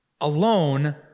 alone